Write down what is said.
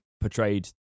portrayed